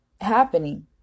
happening